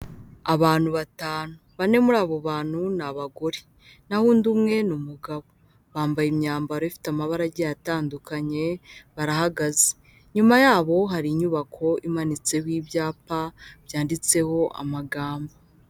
Abantu batanu, bane muri abo bantu ni abagore, naho undi umwe n'umugabo, bambaye imyambaro ifite amabarage atandukanye, barahagaze, nyuma yabo hari inyubako imanitseho ibyapa byanditseho amagambo.